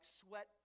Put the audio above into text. sweat